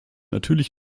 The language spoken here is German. natürlich